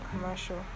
commercial